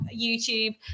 youtube